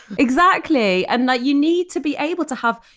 exactly. and that you need to be able to have.